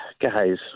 Guys